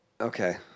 Okay